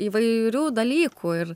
įvairių dalykų ir